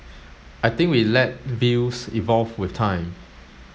I think we let views evolve with time